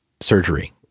surgery